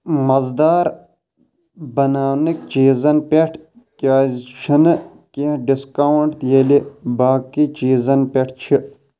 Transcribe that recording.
مزٕدار بناونٕکۍ چیٖزن پٮ۪ٹھ کیٛازِ چھَنہٕ کیںٛہہ ڈِسکاوُنٛٹ ییٚلہِ باقی چیٖزن پٮ۪ٹھ چھِ